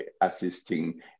assisting